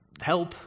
help